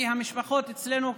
כי המשפחות אצלנו,